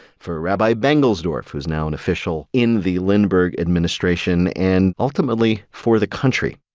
for rabbi bengelsdorf, who's now an official in the lindbergh administration, and, ultimately, for the country.